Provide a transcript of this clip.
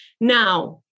Now